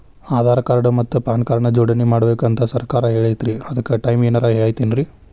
ಆಧಾರ ಮತ್ತ PAN card ನ ಜೋಡಣೆ ಮಾಡ್ಬೇಕು ಅಂತಾ ಸರ್ಕಾರ ಹೇಳೈತ್ರಿ ಅದ್ಕ ಟೈಮ್ ಏನಾರ ಐತೇನ್ರೇ?